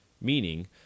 meaning